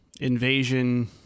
invasion